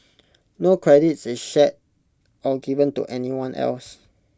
no credit is shared or given to anyone else